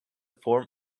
form